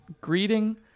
greeting